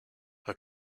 her